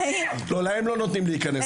להם לא נותנים להיכנס,